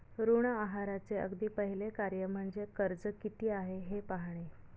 ऋण आहाराचे अगदी पहिले कार्य म्हणजे कर्ज किती आहे हे पाहणे